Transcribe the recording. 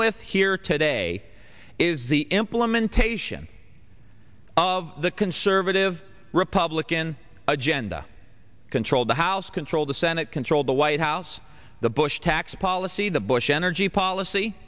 with here today is the implementation of the conservative republican agenda control the house control the senate control the white house the bush tax policy the bush energy